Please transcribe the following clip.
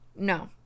no